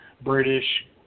British